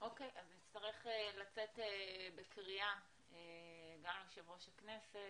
נצטרך לצאת בקריאה גם ליושב-ראש הכנסת,